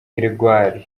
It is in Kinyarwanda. gregoir